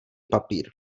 papír